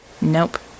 Nope